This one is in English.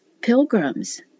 pilgrims